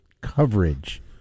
coverage